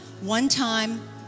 one-time